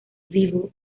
vivo